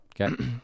Okay